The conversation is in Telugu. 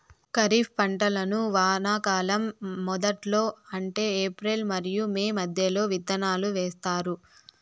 ఖరీఫ్ పంటలను వానాకాలం మొదట్లో అంటే ఏప్రిల్ మరియు మే మధ్యలో విత్తనాలు వేస్తారు